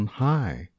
high